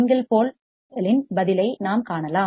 single pole இன் பதிலை நாம் காணலாம்